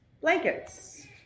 Blankets